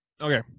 Okay